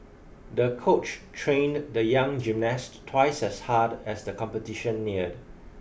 the coach trained the young gymnast twice as hard as the competition neared